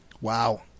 Wow